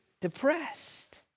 depressed